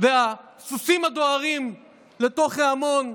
והסוסים הדוהרים לתוך ההמון,